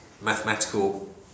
mathematical